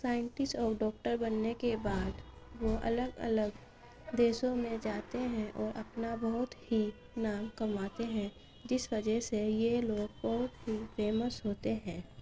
scientist اور doctor بننے کے بعد وہ الگ الگ دیسوں میں جاتے ہیں اور اپنا بہت ہی نام کماتے ہیں جس وجہ سے یہ لوگ بہت ہی فیمس ہوتے ہیں